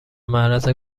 معرض